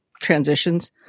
transitions